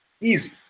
Easy